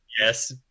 Yes